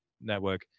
Network